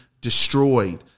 destroyed